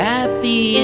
Happy